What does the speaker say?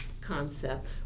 concept